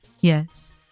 Yes